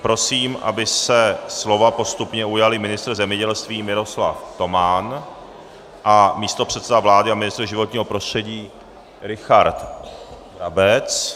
Prosím, aby se slova postupně ujali ministr zemědělství Miroslav Toman a místopředseda vlády a ministr životního prostředí Richard Brabec.